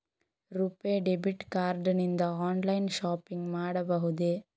RuPay debit card ನಿಂದ online shopping ಮಾಡಬಹುದೇ?